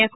F